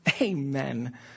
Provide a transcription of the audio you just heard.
Amen